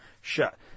shut